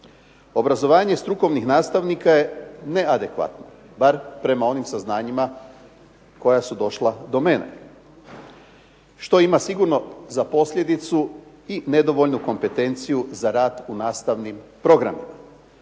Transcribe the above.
Obrazovanje strukovnih nastavnika je neadekvatno, bar prema onim saznanjima koja su došla do mene, što ima sigurno za posljedicu i nedovoljnu kompetenciju za rad u nastavnim programima.